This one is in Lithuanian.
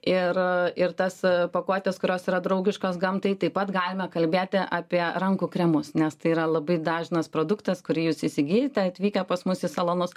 ir ir tas pakuotes kurios yra draugiškos gamtai taip pat galime kalbėti apie rankų kremus nes tai yra labai dažnas produktas kurį jūs įsigijate atvykę pas mus į salonus